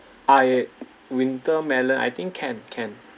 ah it winter melon I think can can